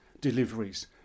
deliveries